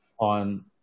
on